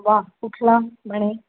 वा कुठला म्हणे